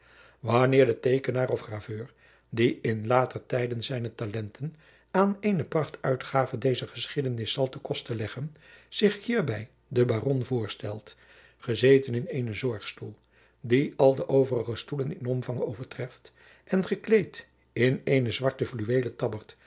wanneer de teekenaar of graveur die in later tijden zijne talenten aan eene prachtuitgave dezer geschiedenis zal te koste leggen zich hierbij den baron voorstelt gezeten in eenen zorgstoel die al de overige stoelen in omvang overtreft en gekleed in eene zwarte fluweelen tabbert